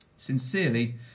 Sincerely